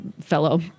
fellow